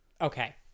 Okay